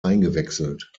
eingewechselt